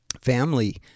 family